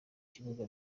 bibuga